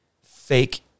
fake